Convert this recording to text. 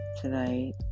tonight